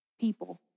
people